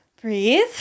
Breathe